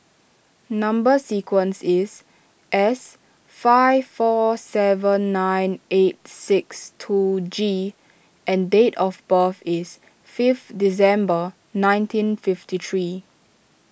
Number Sequence is S five four seven nine eight six two G and date of birth is fifth December nineteen fifty three